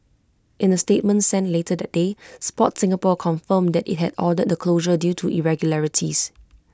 in A statement sent later that day Sport Singapore confirmed that IT had ordered the closure due to the irregularities